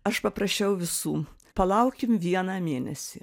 aš paprašiau visų palaukim vieną mėnesį